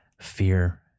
fear